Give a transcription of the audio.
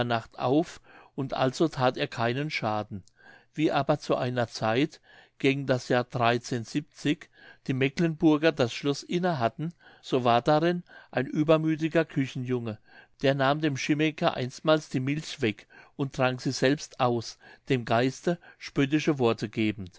nacht auf und also that er keinen schaden wie aber zu einer zeit gegen das jahr die mecklenburger das schloß inne hatten so war darin ein übermüthiger küchenjunge der nahm dem chimmeke einstmals die milch weg und trank sie selbst aus dem geiste spöttische worte gebend